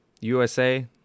USA